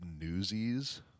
Newsies